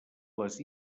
les